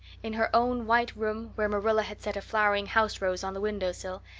in her own white room, where marilla had set a flowering house rose on the window sill,